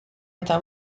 eta